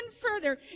further